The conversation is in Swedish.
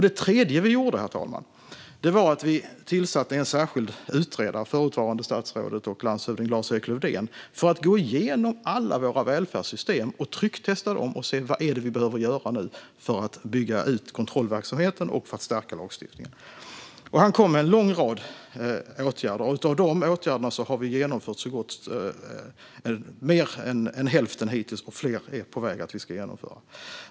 Det tredje vi gjorde, herr talman, var att tillsätta en särskild utredare - före detta statsrådet och landshövdingen Lars-Erik Lövdén - för att gå igenom alla våra välfärdssystem, trycktesta dem och se vad vi behöver göra nu för att bygga ut kontrollverksamheten och stärka lagstiftningen. Lars-Erik Lövdén kom med förslag på en lång rad åtgärder, och hittills har vi genomfört mer än hälften av dem. Fler är på väg att genomföras.